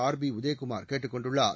RB Udhayakumar கேட்டுக் கொண்டுள்ளார்